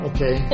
Okay